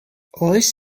oes